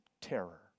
terror